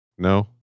No